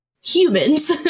humans